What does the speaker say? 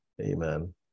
Amen